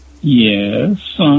Yes